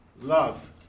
love